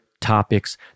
topics